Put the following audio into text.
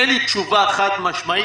אין לי תשובה חד-משמעית.